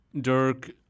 dirk